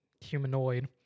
humanoid